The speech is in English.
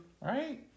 Right